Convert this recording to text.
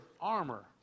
armor